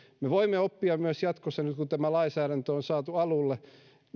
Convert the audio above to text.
me voimme oppia myös jatkossa nyt kun tämä lainsäädäntö on saatu alulle